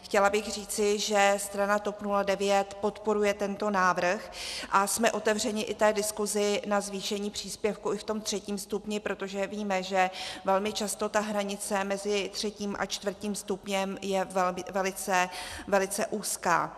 Chtěla bych říci, že strana TOP 09 podporuje tento návrh a jsme otevřeni i diskusi na zvýšení příspěvku i v tom třetím stupni, protože víme, že velmi často ta hranice mezi třetím a čtvrtým stupněm je velice úzká.